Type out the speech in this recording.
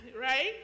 right